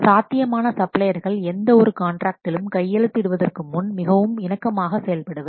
சாத்தியமான சப்ளையர்கள் எந்த ஒரு கான்ட்ராக்ட்டிலும் கையெழுத்து இடுவதற்கு முன் மிகவும் இணக்கமாக செயல்படுவர்